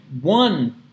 One